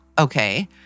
Okay